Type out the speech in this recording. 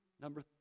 Number